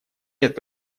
лет